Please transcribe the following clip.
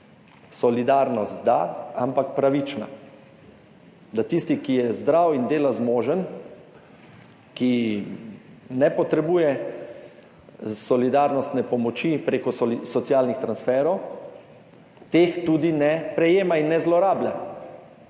Solidarnost da, ampak pravična. Da tisti, ki je zdrav in dela zmožen, ki ne potrebuje solidarnostne pomoči prek socialnih transferov, teh tudi ne prejema in ne zlorablja.